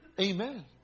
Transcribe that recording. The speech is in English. Amen